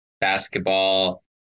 basketball